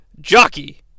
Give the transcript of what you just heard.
jockey